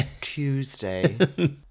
Tuesday